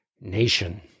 nation